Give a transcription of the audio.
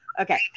Okay